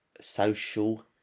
social